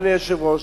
אדוני היושב-ראש,